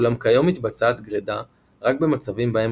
אולם כיום מתבצעת גרידה רק במצבים בהם